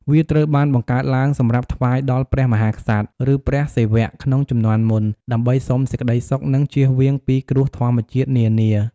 វាត្រូវបានបង្កើតឡើងសម្រាប់ថ្វាយដល់ព្រះមហាក្សត្រ ឬ ព្រះសេវៈក្នុងជំនាន់មុន ដើម្បីសុំសេចក្តីសុខ និង ជៀសវាងពីគ្រោះធម្មជាតិនានា។